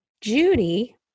Judy